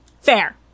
Fair